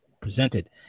presented